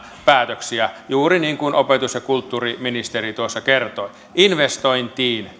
päätöksiä juuri niin kuin opetus ja kulttuuriministeri tuossa kertoi investointiin